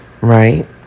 Right